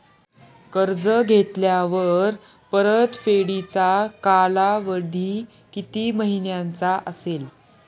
कर्ज घेतल्यावर परतफेडीचा कालावधी किती महिन्यांचा असेल?